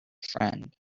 friend